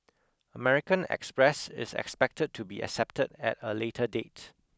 American Express is expected to be accepted at a later date